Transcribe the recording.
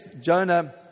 Jonah